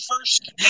first